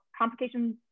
complications